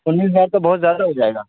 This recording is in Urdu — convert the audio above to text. انیس ہزار تو بہت زیادہ ہو جائے گا